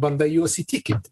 bandai juos įtikinti